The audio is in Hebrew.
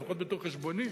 לפחות בטור חשבוני.